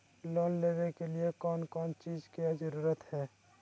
Loan लेबे के लिए कौन कौन चीज के जरूरत है?